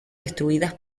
destruidas